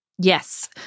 Yes